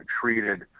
treated